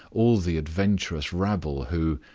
all the adventurous rabble who,